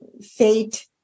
fate